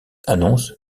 annonce